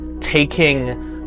taking